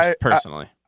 Personally